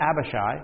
Abishai